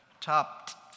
top